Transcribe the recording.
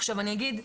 עכשיו אני אגיד,